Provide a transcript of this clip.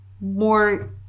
more